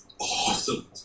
awesome